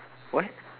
what